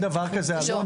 אין דבר כזה, אלון.